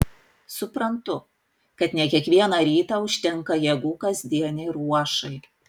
suprantu kad ne kiekvieną rytą užtenka jėgų kasdienei ruošai